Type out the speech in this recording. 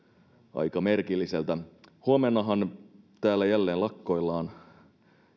aika merkilliseltä huomennahan täällä jälleen lakkoillaan